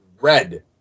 red